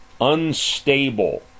unstable